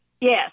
yes